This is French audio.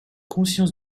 conscience